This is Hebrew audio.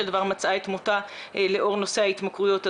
דבר מצאה את מותה לאור נושא ההתמכרויות.